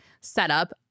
setup